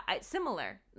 similar